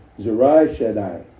Zerai-Shaddai